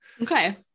Okay